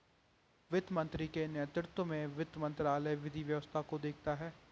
वित्त मंत्री के नेतृत्व में वित्त मंत्रालय विधि व्यवस्था को देखता है